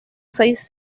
seis